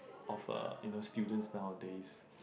of a you know students nowadays